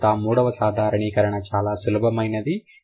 తరువాత మూడవ సాధారణీకరణ చాలా సులభమైనది